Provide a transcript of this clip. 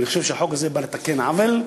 אני חושב שהחוק הזה בא לתקן עוול,